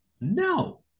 No